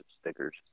stickers